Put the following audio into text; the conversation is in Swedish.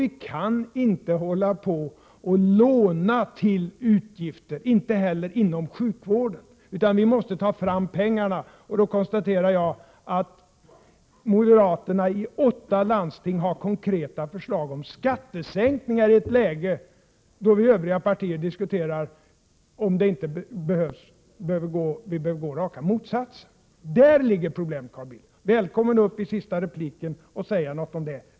Vi kan inte hålla på att låna till utgifter, inte heller inom sjukvården, utan vi måste ta fram pengarna. Då konstaterar jag att moderaterna i åtta landsting har konkreta förslag till skattesänkningar i ett läge där vi övriga partier diskuterar om man inte behöver gå den rakt motsatta vägen. Där ligger problemet, Carl Bildt. Välkommen upp i sista repliken att säga något om detta!